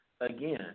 again